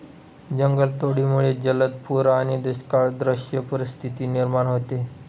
जंगलतोडीमुळे जलद पूर आणि दुष्काळसदृश परिस्थिती निर्माण होते